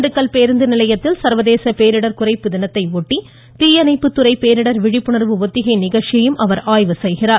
திண்டுக்கல் பேருந்து நிலையத்தில் சா்வதேச பேரிடர் குறைப்பு தினத்தை ஒட்டி தீயணைப்பு துறை பேரிடர் விழிப்புணர்வு ஒத்திகை நிகழ்ச்சியை அவர் ஆய்வு செய்கிறார்